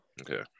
Okay